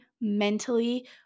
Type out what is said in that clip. mentally